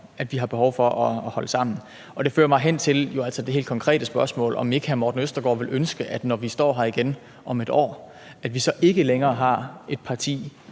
at vi har behov for at holde sammen. Det fører mig hen til det helt konkrete spørgsmål, om ikke hr. Morten Østergaard vil ønske, når vi står her igen om et år, at vi så ikke længere har et parti,